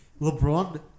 LeBron